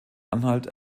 anhalt